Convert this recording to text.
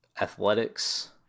athletics